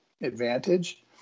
advantage